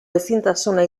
ezintasuna